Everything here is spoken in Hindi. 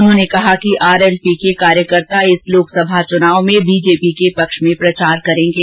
उन्होंने कहा कि आरएलपी के कार्यकर्ता इस लोकसभा चुनाव में बीजेपी के पक्ष में प्रचार करेंगे